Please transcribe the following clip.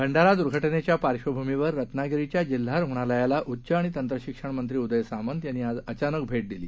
भंडारा दुर्घ नेच्या पार्श्वभूमीवर रत्नागिरीच्या जिल्हा रुग्णालयाला उच्च आणि तंत्रशिक्षण मंत्री उदय सामंत यांनी आज अचानक भे दिली